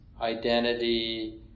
identity